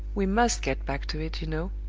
we must get back to it, you know.